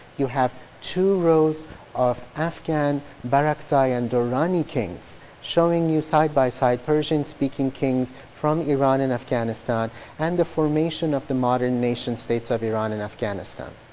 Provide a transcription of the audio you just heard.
you have two rows of afghan barakzai and durrani kings showing you side by side persian-speaking kings from iran and afghanistan and the formation of the modern nation states of iran and afghanistan.